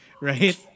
right